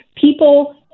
people